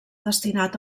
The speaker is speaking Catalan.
destinat